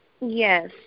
Yes